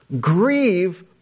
grieve